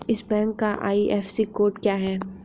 इस बैंक का IFSC code क्या है?